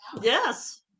yes